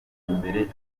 imbere